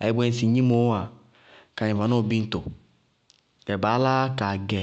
ayé bʋyɛ ŋsɩ gnimoó wáa, kayɛ ŋ vanɔɔ biñto, gɛ baá láá yá kaagɛ.